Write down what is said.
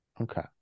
Okay